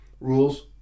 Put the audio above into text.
rules